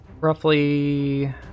Roughly